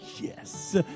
yes